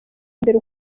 mbere